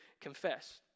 confess